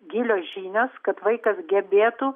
gilios žinios kad vaikas gebėtų